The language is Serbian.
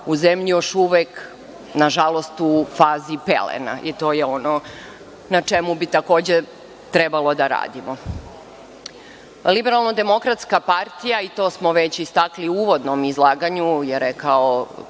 u zemlji, još uvek u fazi pelena. To je ono na čemu bi takođe trebalo da radimo. Liberalno demokratska partija, i to smo već istakli u uvodnom izlaganju, to je rekao